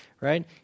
right